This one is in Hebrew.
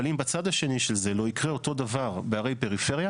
אבל אם בצד השני של זה לא יקרה אותו דבר בערי פריפריה,